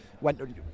went